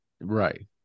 Right